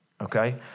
Okay